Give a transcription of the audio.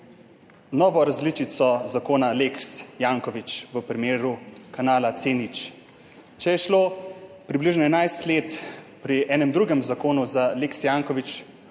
novo različico zakona lex Janković v primeru kanala C0. Če je šlo približno 11 let pri enem drugem zakonu za lex Janković